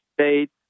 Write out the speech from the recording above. states